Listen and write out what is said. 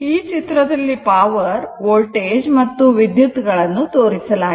ಈ ಚಿತ್ರದಲ್ಲಿ power voltage ಮತ್ತು ವಿದ್ಯುತ್ ಗಳನ್ನು ತೋರಿಸಲಾಗಿದೆ